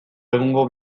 egungo